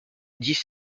dix